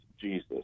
Jesus